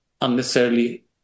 unnecessarily